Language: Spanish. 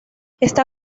esta